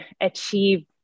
achieve